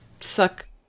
suck